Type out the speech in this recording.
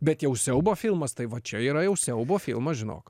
bet jau siaubo filmas tai va čia yra jau siaubo filmas žinok